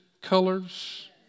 colors